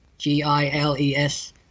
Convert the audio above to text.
G-I-L-E-S